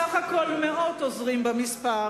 בסך הכול מאות עוזרים במספר,